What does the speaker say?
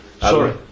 Sorry